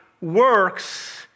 works